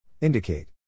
Indicate